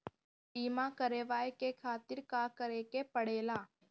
बीमा करेवाए के खातिर का करे के पड़ेला?